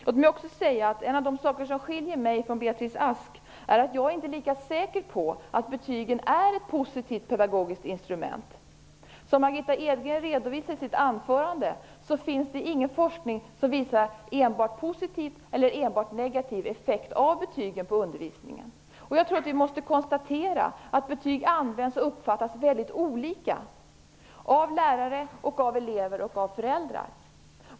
Låt mig också säga att en av de saker som skiljer mig från Beatrice Ask är att jag inte är lika säker på att betygen är ett positivt pedagogiskt instrument. Som Margitta Edgren redovisade i sitt anförande finns det ingen forskning som visar att betygen har enbart positiv eller enbart negativ effekt på undervisningen. Jag tror att vi måste konstatera att betyg används och uppfattas mycket olika av lärare, av elever och av föräldrar.